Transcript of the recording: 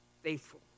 faithful